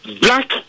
Black